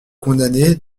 condamné